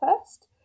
first